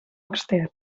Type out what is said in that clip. extern